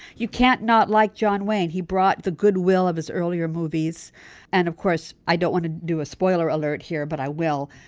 you can't not like john wayne. he brought the goodwill of his earlier movies and of course i don't want to do a spoiler alert here but i will.